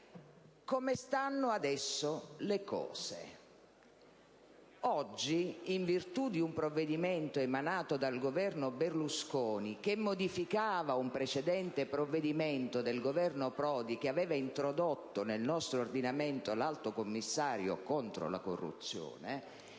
Come stanno adesso le cose? Oggi, in virtù di un provvedimento adottato dal Governo Berlusconi, che modificava un precedente provvedimento del Governo Prodi che aveva introdotto nel nostro ordinamento l'Alto commissario contro la corruzione,